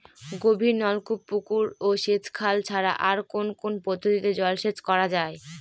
গভীরনলকূপ পুকুর ও সেচখাল ছাড়া আর কোন কোন পদ্ধতিতে জলসেচ করা যায়?